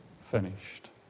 finished